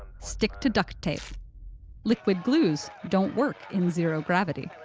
stick to duct tape liquid glues don't work in zero gravity.